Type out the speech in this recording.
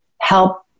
help